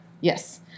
Yes